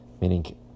meaning